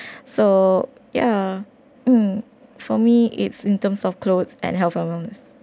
so yeah um for me it's in terms of clothes and health wellness